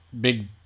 big